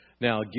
Now